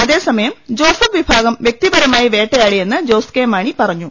അതേസമയം ജോസഫ് വിഭാഗം വൃക്തിപരമായി വേട്ടയാടി യെന്ന് ജോസ് കെ മാണി പറഞ്ഞു